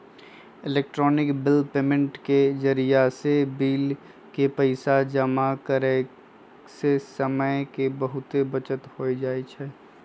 electronic bill payment के जरियासे bill के पइसा जमा करेयसे समय के बहूते बचत हो जाई छै